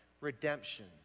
redemption